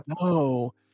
No